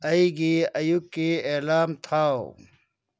ꯑꯩꯒꯤ ꯑꯌꯨꯛꯀꯤ ꯑꯦꯂꯥꯔꯝ ꯊꯥꯎ